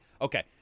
Okay